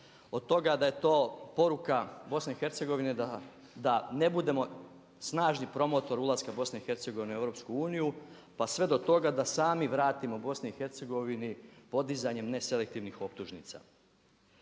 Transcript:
od toga da je to poruka BIH da ne budemo snažni promotor ulaska BIH u EU pa sve do toga da sami vratimo BIH podizanjem ne selektivnih optužnica.